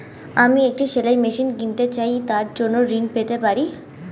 আমি একটি সেলাই মেশিন কিনতে চাই তার জন্য ঋণ পেতে পারি?